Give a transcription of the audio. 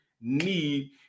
need